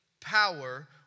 Power